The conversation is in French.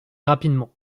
rapidement